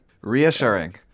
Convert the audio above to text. reassuring